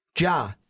Ja